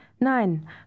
Nein